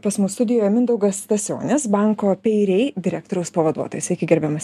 pas mus studijoj mindaugas stasionis banko pei rei direktoriaus pavaduotojas gerbiamas